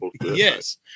yes